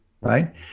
right